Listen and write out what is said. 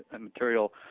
material